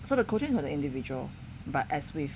sort of coaching for the individual but as with